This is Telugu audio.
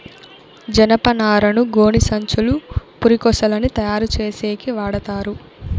జనపనారను గోనిసంచులు, పురికొసలని తయారు చేసేకి వాడతారు